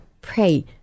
pray